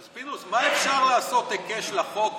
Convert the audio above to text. אז פינדרוס, איך אפשר לעשות היקש לחוק